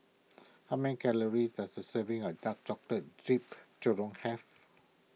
how many calories does a serving of Dark Chocolate Jeep Churro have